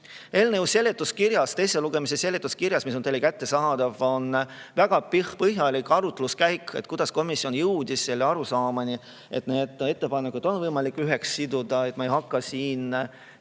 üheks. Eelnõu teise lugemise seletuskirjas, mis on teile kättesaadav, on väga põhjalik arutluskäik, kuidas komisjon jõudis arusaamani, et need ettepanekud on võimalik üheks siduda. Ma ei hakka siin